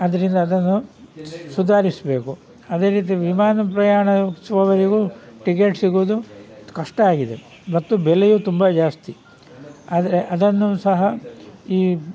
ಆದ್ದರಿಂದ ಅದನ್ನು ಸುಧಾರಿಸ್ಬೇಕು ಅದೇ ರೀತಿ ವಿಮಾನ ಪ್ರಯಾಣ ಹೋಗುವವರಿಗೂ ಟಿಕೆಟ್ ಸಿಗುವುದು ಕಷ್ಟ ಆಗಿದೆ ಮತ್ತು ಬೆಲೆಯೂ ತುಂಬ ಜಾಸ್ತಿ ಆದರೆ ಅದನ್ನೂ ಸಹ ಈ